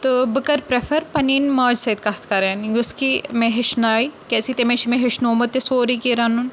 تہٕ بہٕ کَرٕ پرٛیٚفَر پَننہِ ماجہِ سۭتۍ کَتھ کَرٕنۍ یۄس کہِ مےٚ ہیٚچھنایہِ کیازِکہِ تٔمے چھِ مےٚ ہیٚچھنٲومُت تہِ سورٕے کیٚنٛہہ رَنُن